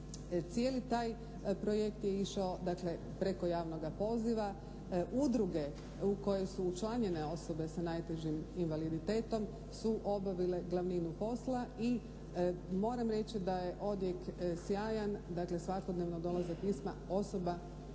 Cijeli taj projekt je išao, dakle preko javnoga poziva. Udruge u kojoj su učlanjene osobe sa najtežim invaliditetom su obavile glavninu posla i moram reći da je odjek sjajan, dakle svakodnevno dolaze pisma osoba